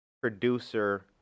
producer